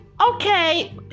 Okay